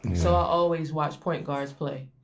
so i always watched point guards play.